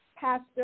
Pastor